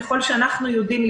ככל שאנחנו יודעים,